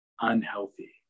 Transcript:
Unhealthy